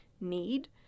need